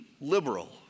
liberal